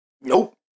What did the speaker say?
Nope